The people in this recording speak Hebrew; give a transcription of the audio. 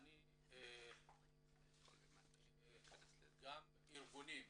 נמצאים כארן גם ארגונים שונים.